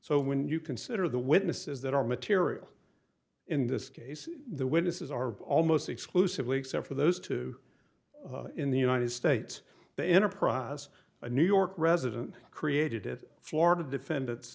so when you consider the witnesses that are material in this case the witnesses are almost exclusively except for those two in the united states the enterprise a new york resident created it florida defendants